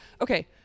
Okay